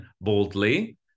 boldly